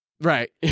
Right